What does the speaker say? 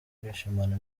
kwishimana